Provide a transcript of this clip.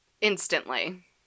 Instantly